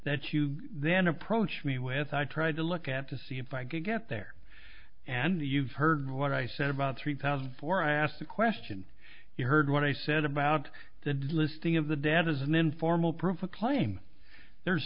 that you then approach me with i tried to look at to see if i could get there and you've heard what i said about three thousand and four i asked the question you heard what i said about the listing of the dead as an informal proof a claim there's